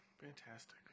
Fantastic